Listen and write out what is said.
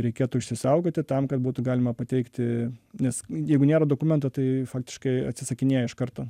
reikėtų išsisaugoti tam kad būtų galima pateikti nes jeigu nėra dokumento tai faktiškai atsisakinėja iš karto